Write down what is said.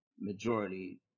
majority